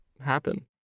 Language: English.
happen